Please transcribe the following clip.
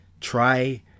Try